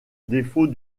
défaut